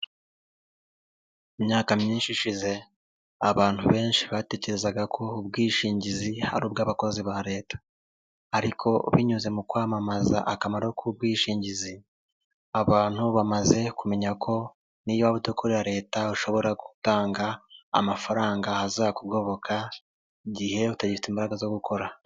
Imyaka myinshi ishize abantu benshi batekerezaga ko ubwishingizi ari ubw'abakozi ba leta. Ariko binyuze mu kwamamaza akamaro k'ubwishingizi, abantu bamaze kumenya ko niyo waba udakorera leta ushobora gutanga amafaranga azakugoboka, igihe utagifite imbaraga zo gukora.